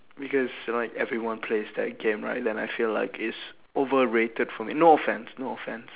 because like everyone plays that game right then I feel like it's overrated for me no offense no offense